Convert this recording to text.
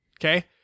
Okay